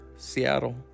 Seattle